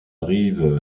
rive